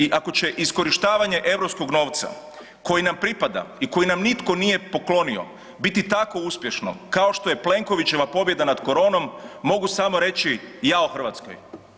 I ako će iskorištavanje europskog novca koji nam pripada i koji nam nitko nije poklonio biti tako uspješno kao što je Plenkovićeva pobjeda nad koronom mogu samo reći jao Hrvatskoj.